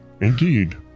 Indeed